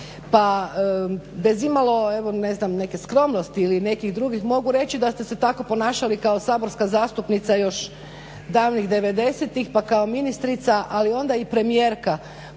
evo ne znam neke skromnosti ili nekih drugih mogu reći da ste se tako ponašali i kao saborska zastupnica još davnih '90-ih pa kao ministrica, ali onda i premijerka